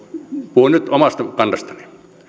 puhun nyt omasta kannastani